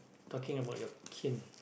talking about your kin